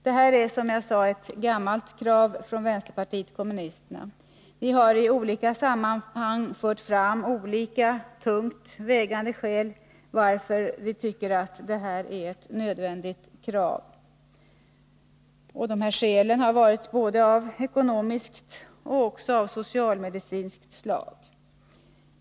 Detta är, som jag sade, ett gammalt krav från vänsterpartiet kommunisterna. Vi har i olika sammanhang fört fram olika, tungt vägande skäl till att vi anser att detta är ett nödvändigt krav. Dessa skäl har varit av både ekonomiskt och socialmedicinskt slag.